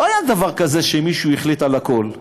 לא היה דבר כזה שמישהו החליט על הכול.